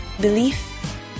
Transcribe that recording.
Belief